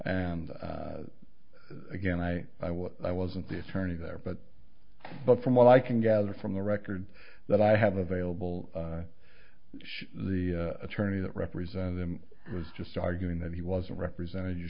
and again i i wasn't the attorney there but but from what i can gather from the record that i have available the attorney that represents them was just arguing that he wasn't represented you